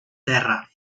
terra